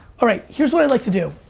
all right, here's what i'd like to do.